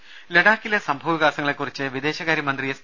രുമ ലഡാക്കിലെ സംഭവ വികാസങ്ങളെ കുറിച്ച് വിദേശകാര്യ മന്ത്രി എസ്